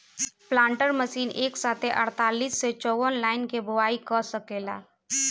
planter machine एक साथे अड़तालीस से चौवन लाइन के बोआई क सकेला